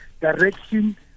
direction